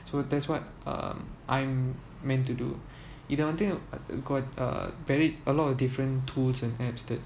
so that's what uh I'm meant to do இத வந்து:itha vanthu got uh buried a lot of different tools and apps that